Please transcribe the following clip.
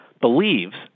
believes